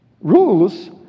Rules